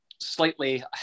slightly